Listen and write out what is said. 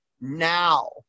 now